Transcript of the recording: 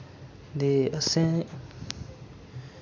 ते असें